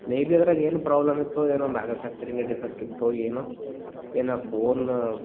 maybe ಅದ್ರಾಗ ಏನು problem ಇತ್ತೋ ಏನೋ ಮ್ಯಾನುಫ್ಯಾಕ್ಚರಿಂಗೇ ಡಿಫೆಕ್ಟ್ ಇತ್ತೋ ಏನೋ ಏನೋ ಫೋನ